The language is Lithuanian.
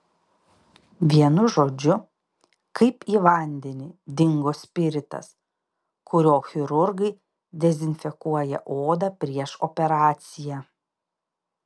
vienu žodžiu kaip į vandenį dingo spiritas kuriuo chirurgai dezinfekuoja odą prieš operaciją